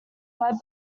lead